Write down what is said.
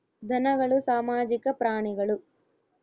ಧನಗಳು ಸಾಮಾಜಿಕ ಪ್ರಾಣಿಗಳು